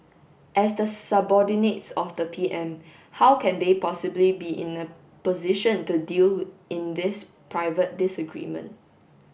as the subordinates of the PM how can they possibly be in a position to deal in this private disagreement